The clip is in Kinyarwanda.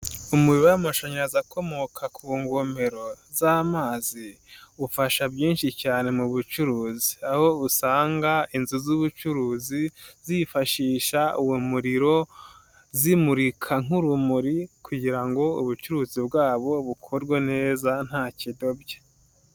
Umuriro w'amashanyarazi ukomoka ku ngomero z'amazi ufasha byinshi cyane mu bucuruzi, aho usanga inzu z'ubucuruzi zifashisha uwo muriro zimurika nk'urumuri kugira ngo ubucuruzi bwabo bukorwe neza nta kidobya.